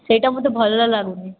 ସେଇଟା ମୋତେ ଭଲ ଲାଗୁନି